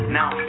now